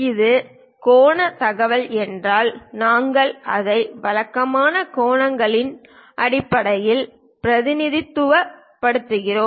இது கோணத் தகவல் என்றால் நாங்கள் அதை வழக்கமாக கோணங்களின் அடிப்படையில் பிரதிநிதித்துவப்படுத்துகிறோம்